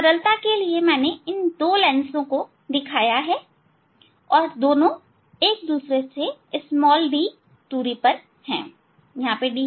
सरलता के लिए मैंने इन दो लेंसों को दिखाया है और दोनों एक दूसरे से d दूरी पर हैं